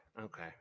okay